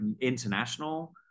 international